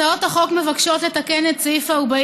הצעות החוק מבקשות לתקן את סעיף 40